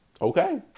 Okay